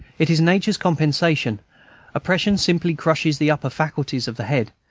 it is nature's compensation oppression simply crushes the upper faculties of the head,